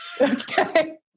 Okay